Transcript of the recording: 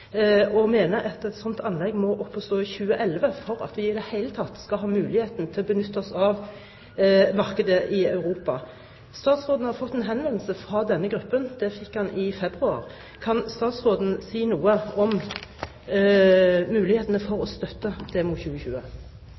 og mener at et slikt anlegg må opp å stå i 2011 for at vi i det hele tatt skal ha muligheten til å benytte oss av markedet i Europa. Statsråden har fått en henvendelse fra denne gruppen. Den fikk han i februar. Kan statsråden si noe om mulighetene for å støtte Demo 2020?